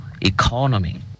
economy